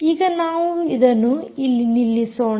ಈಗ ನಾವು ಇದನ್ನು ಇಲ್ಲಿ ನಿಲ್ಲಿಸೋಣ